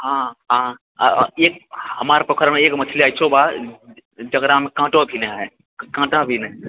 हाँ हाँ अऽ एक हमार पोखरिमे एक मछली अछिओ बा ज जकरामे काँटो भी नहि हइ काँटा भी नहि